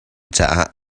caah